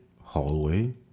hallway